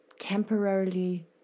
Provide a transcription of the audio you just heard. temporarily